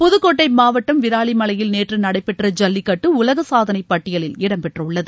புதுக்கோட்டை மாவட்டம் விராலிமலையில் நேற்று நடைபெற்ற ஜல்லிக்கட்டு உலக சாதனைப் பட்டியலில் இடம் பெற்றுள்ளது